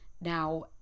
Now